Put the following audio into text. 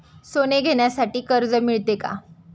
सोने घेण्यासाठी कर्ज मिळते का?